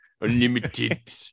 Unlimited